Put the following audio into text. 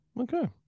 Okay